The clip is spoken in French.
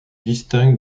distingue